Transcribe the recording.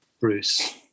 Bruce